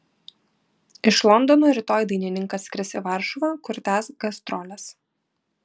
iš londono rytoj dainininkas skris į varšuvą kur tęs gastroles